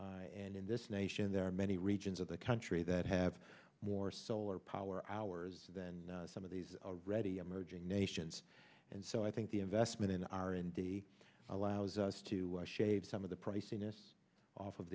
and in this nation there are many regions of the country that have more solar power hours than some of these ready emerging nations and so i think the investment in r and d allows us to shave some of the